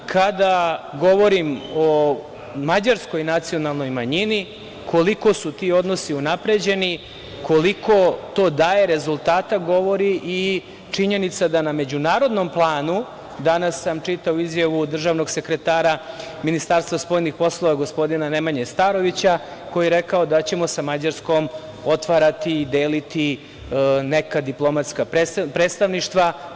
Kada govorim o mađarskoj nacionalnoj manjini, koliko su ti odnosi unapređeni, koliko to daje rezultata govori i činjenica na međunarodnom planu, danas sam čitao izjavu državnog sekretara Ministarstva spoljnih poslova, gospodina Nemanje Starovića, koji je rekao da ćemo sa Mađarskom otvarati i deliti neka diplomatska predstavništva.